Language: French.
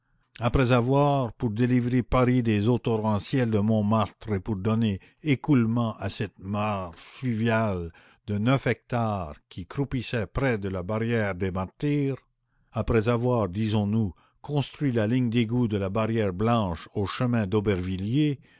après avoir pour délivrer paris des eaux torrentielles de montmartre et pour donner écoulement à cette mare fluviale de neuf hectares qui croupissait près de la barrière des martyrs après avoir disons-nous construit la ligne d'égouts de la barrière blanche au chemin d'aubervilliers